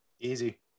Easy